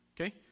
Okay